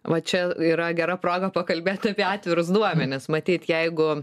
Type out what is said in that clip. va čia yra gera proga pakalbėti apie atvirus duomenis matyt jeigu